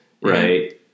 Right